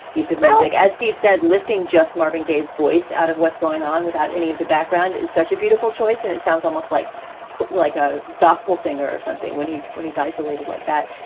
you said music, as steve said, lifting just marvin gaye's voice out of what's going on without any of the background is such a beautiful choice. and it sounds almost like but like a gospel singer or something when he's when he's isolated like that.